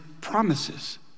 promises